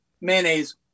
mayonnaise